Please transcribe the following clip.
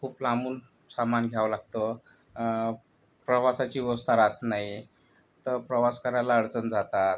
खूप लांबून सामान घ्यावं लागतं प्रवासाची वोस्था रहात नाही तर प्रवास करायला अडचण जातात